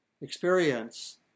experience